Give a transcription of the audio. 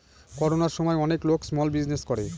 করোনার সময় অনেক লোক স্মল বিজনেস করে